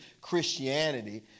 Christianity